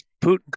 Putin